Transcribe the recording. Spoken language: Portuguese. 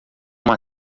uma